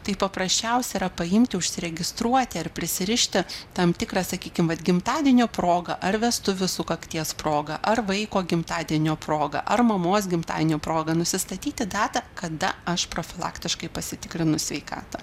tai paprasčiausia yra paimti užsiregistruoti ar prisirišti tam tikrą sakykim vat gimtadienio proga ar vestuvių sukakties proga ar vaiko gimtadienio proga ar mamos gimtadienio proga nusistatyti datą kada aš profilaktiškai pasitikrinu sveikatą